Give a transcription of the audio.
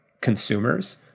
consumers